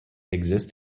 exist